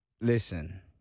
listen